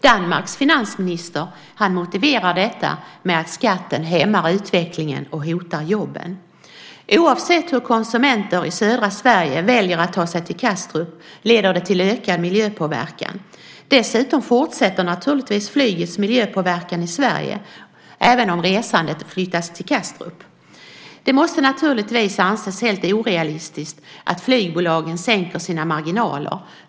Danmarks finansminister motiverar detta med att skatten hämmar utvecklingen och hotar jobben. Men oavsett hur konsumenter i södra Sverige väljer att ta sig till Kastrup blir det en ökad miljöpåverkan. Dessutom fortsätter naturligtvis flygets miljöpåverkan i Sverige även om resandet flyttas till Kastrup. Det måste naturligtvis anses helt orealistiskt att flygbolagen sänker sina marginaler.